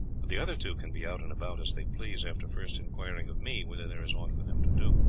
but the other two can be out and about as they please, after first inquiring of me whether there is aught for them to do.